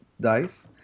dice